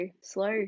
slow